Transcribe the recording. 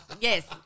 Yes